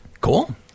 Cool